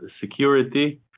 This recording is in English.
security